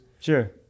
Sure